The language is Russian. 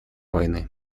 войны